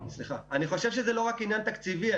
אני חושב שזה לא רק עניין תקציבי.